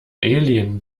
alien